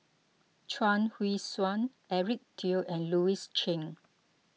Chuang Hui Tsuan Eric Teo and Louis Chen